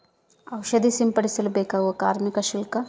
ಔಷಧಿ ಸಿಂಪಡಿಸಲು ಬೇಕಾಗುವ ಕಾರ್ಮಿಕ ಶುಲ್ಕ?